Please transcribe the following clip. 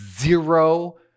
zero